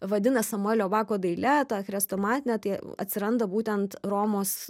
vadina samuelio bako daile ta chrestomatine tai atsiranda būtent romos